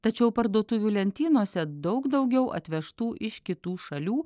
tačiau parduotuvių lentynose daug daugiau atvežtų iš kitų šalių